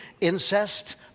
incest